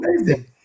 amazing